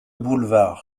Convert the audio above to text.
boulevard